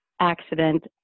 accident